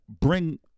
bring